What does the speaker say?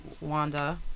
Wanda